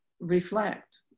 reflect